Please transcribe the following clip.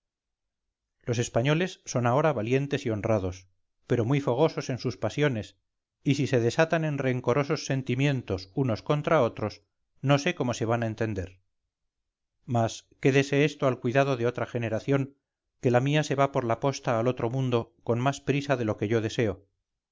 los españoles son hasta ahora valientes y honrados pero muy fogosos en sus pasiones y si se desatan en rencorosos sentimientos unos contra otros no sé cómo se van a entender mas quédese esto al cuidado de otra generación que la mía se va por la posta al otro mundo con más prisa de lo que yo deseo